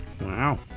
Wow